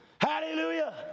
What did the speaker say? Hallelujah